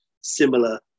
similar